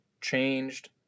changed